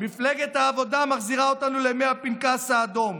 מפלגת העבודה מחזירה אותנו לימי הפנקס האדום.